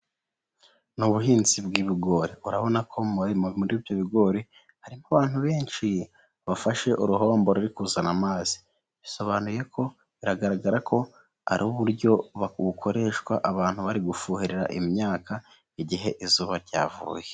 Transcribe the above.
Mu buhinzi bw'ibigori urabona ko muri ibyo bigori harimo abantu benshi bafashe uruhombo ruri kuzana amazi, bisobanuye ko biragaragara ko ari uburyo bukoreshwa abantu bari gufuhirira imyaka igihe izuba ryavuye.